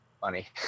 funny